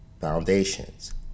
foundations